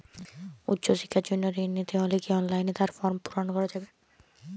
উচ্চশিক্ষার জন্য ঋণ নিতে হলে কি অনলাইনে তার ফর্ম পূরণ করা যাবে?